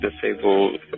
disabled